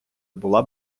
була